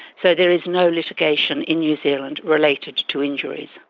so there is no litigation in new zealand related to to injuries.